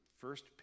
first